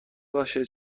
باشه